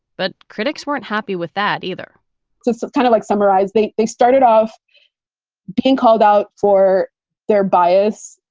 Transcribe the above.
but critics weren't happy with that either so it's it's kind of like summarized they they started off being called out for their bias,